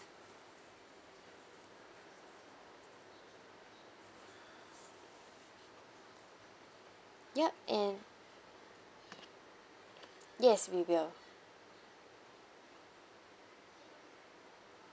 yup and yes we will